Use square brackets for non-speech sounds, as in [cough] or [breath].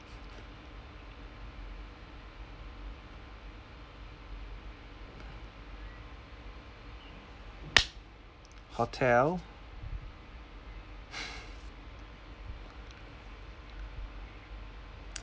hotel [breath]